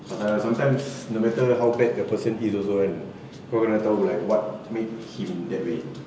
pasal sometimes no matter how bad the person is also kan kau nak kena tahu like what make him that way